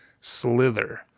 Slither